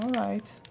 right.